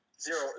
zero